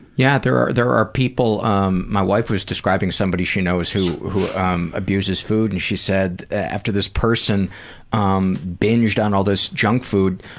yeah, there are there are people. um my wife was describing somebody she knows who who abuses food and she said, after this person um binged on all this junk food,